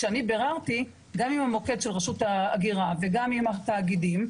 כי כשאני ביררתי גם עם המוקד של רשות ההגירה וגם עם התאגידים,